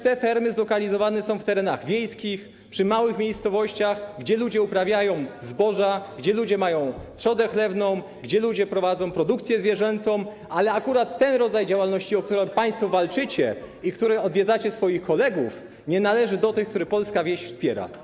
Te fermy zlokalizowane są na terenach wiejskich, przy małych miejscowościach, gdzie ludzie uprawiają zboża, gdzie ludzie mają trzodę chlewną, gdzie ludzie prowadzą produkcję zwierzęcą, ale akurat ten rodzaj działalności, o który państwo walczycie, i odwiedzacie swoich kolegów, nie należy do tych, które polska wieś wspiera.